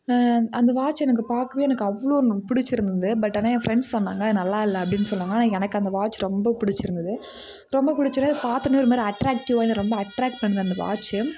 அந்த வாட்ச் எனக்கு பார்க்கவே எனக்கு அவ்வளோ பிடிச்சிருந்துது பட் ஆனால் என் ஃரெண்ட்ஸ் சொன்னாங்க நல்லா இல்லை அப்படின் சொன்னாங்க எனக்கு அந்த வாட்ச் ரொம்ப பிடிச்சி இருந்துது ரொம்ப பிடிச்சோனே பார்த்தோனே ஒரு மாதிரி அட்ராக்டிவாக என்ன ரொம்ப அட்ராக்ட் பண்ணுது அந்த வாட்ச்சு